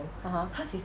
(uh huh)